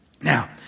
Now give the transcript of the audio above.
Now